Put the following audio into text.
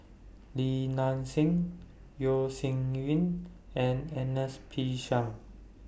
Li Nanxing Yeo Shih Yun and Ernest P Shanks